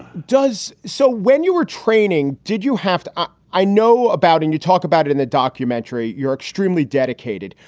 does. so when you were training, did you have to. ah i know about and you talk about it in the documentary, you're extremely dedicated.